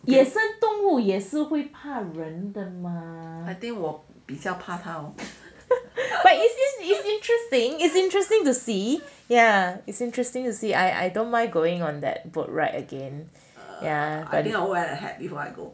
野生动物也会怕人的 mah it's interesting to see yeah it's interesting to see I I don't mind going on that boat ride again